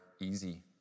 easy